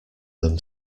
them